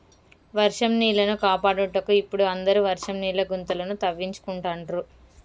వర్షం నీళ్లను కాపాడుటకు ఇపుడు అందరు వర్షం నీళ్ల గుంతలను తవ్వించుకుంటాండ్రు